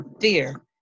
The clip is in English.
fear